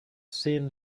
seen